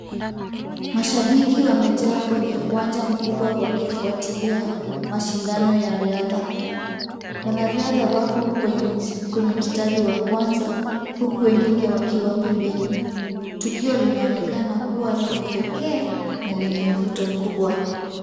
Mashabiki wamejaa kwenye uwanja mkubwa wakifuatilia mashindano ya riadha. Wanariadha wapo kwenye mstari wa kwanza huku wengine wakiwa pembeni. Tukio linaonekana kuwa la kipekee na lenye mvuto mkubwa.